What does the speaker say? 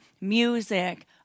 Music